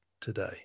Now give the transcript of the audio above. today